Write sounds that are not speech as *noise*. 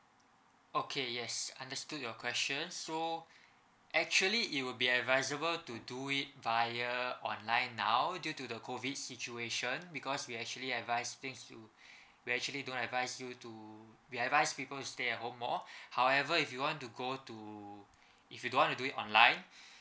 okay yes understood your questions so actually it would be advisable to do it via online now due to the COVID situation because we actually advise things you we actually don't advise you to we advise people to stay at home more *breath* however if you want to go to if you don't want to do it online